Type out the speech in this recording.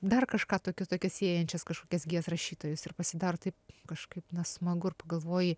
dar kažką tokiu tokias siejančias kažkokias gijas rašytojus ir pasidaro taip kažkaip na smagu ir pagalvoji